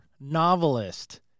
novelist